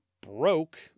broke